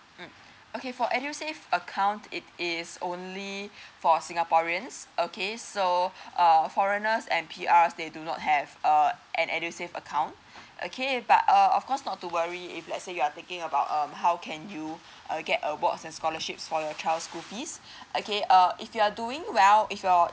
mm okay for edusave account it is only for singaporeans okay so err foreigners and P_R they do not have uh an edusave account okay but uh of course not to worry if let's say you are taking about um how can you uh get awards uh scholarships for your child school fees okay uh if you are doing well if your